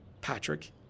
Patrick